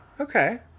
Okay